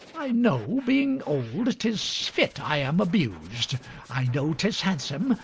i know, being old, tis fit i am abus'd i know tis hansome,